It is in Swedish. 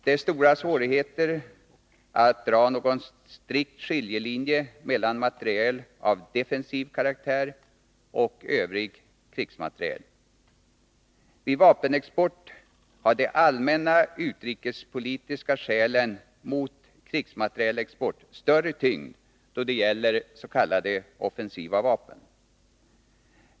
Det är stora svårigheter att dra någon strikt skiljelinje mellan materiel av defensiv karaktär och övrig krigsmateriel. Vid vapenexport har de allmänna utrikespolitiska skälen mot krigsmaterielexport större tyngd då det gäller s.k. offensiva vapen.